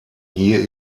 hier